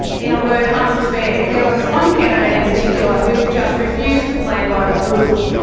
in a word, unfair. there was one candidate in particular who just refused to play by the rules.